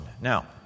Now